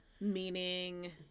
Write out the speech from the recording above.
Meaning